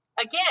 again